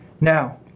Now